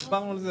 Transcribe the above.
דיברנו על זה.